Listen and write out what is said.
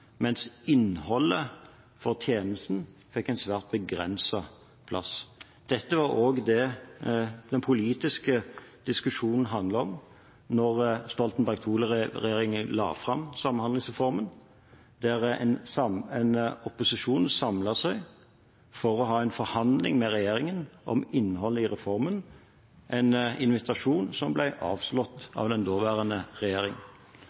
mens innholdet for tjenesten fikk en svært begrenset plass. Dette var også det den politiske diskusjonen handlet om da Stoltenberg II-regjeringen la fram samhandlingsreformen, der opposisjonen samlet seg for å ha en forhandling med regjeringen om innholdet i reformen, en invitasjon som ble avslått av den daværende regjering.